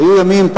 היו ימים,